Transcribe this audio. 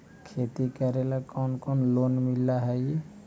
खेती करेला कौन कौन लोन मिल हइ?